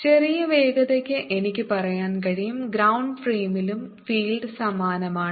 ചെറിയ വേഗതയ്ക്ക് എനിക്ക് പറയാൻ കഴിയും ഗ്രൌണ്ട് ഫ്രെയിമിലും ഫീൽഡ് സമാനമാണ്